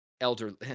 Elderly